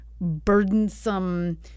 burdensome